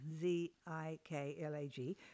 Z-I-K-L-A-G